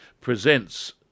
presents